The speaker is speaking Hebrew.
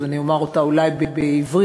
אז אומר אותה אולי בעברית,